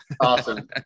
Awesome